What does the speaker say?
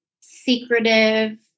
secretive